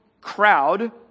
crowd